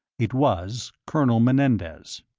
it was colonel menendez!